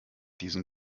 diesen